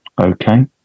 Okay